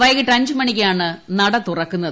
വൈകിട്ട് അഞ്ചിനാണ് നട തുറക്കുന്നത്